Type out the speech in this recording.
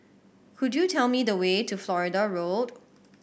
could you tell me the way to Florida Road